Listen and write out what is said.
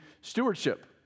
Stewardship